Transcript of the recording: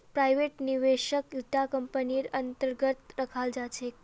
private निवेशकक इटा कम्पनीर अन्तर्गत रखाल जा छेक